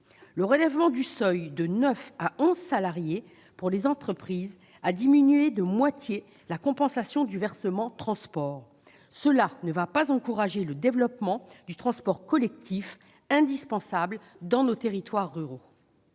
Le relèvement du seuil de neuf à onze salariés pour les entreprises a diminué de moitié la compensation du versement transport. Cela ne va pas encourager le développement du transport collectif, indispensable dans nos territoires ruraux.